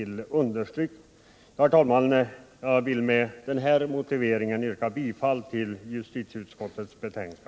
Det vill jag mycket kraftigt understryka.